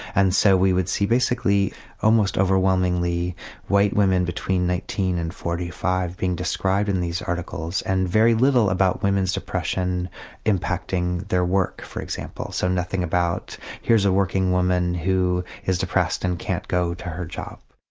and so we would see basically almost overwhelmingly white women between nineteen and forty five being described in these articles and very little about women's depression impacting their work for example. so nothing about here's a working woman who is depressed and can't go to her job.